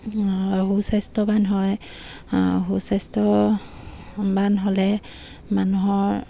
সুস্বাস্থ্যৱান হয় সুস্বাস্থ্যৱান হ'লে মানুহৰ